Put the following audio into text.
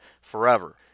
forever